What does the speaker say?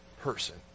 person